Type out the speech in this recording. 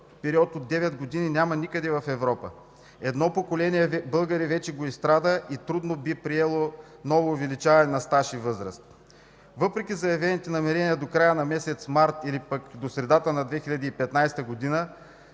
период от 9 години няма никъде в Европа! Едно поколение българи вече го изстрада и трудно би приело ново увеличаване на стаж и възраст. Въпреки заявените намерения до края на месец март или пък до средата на 2015 г. да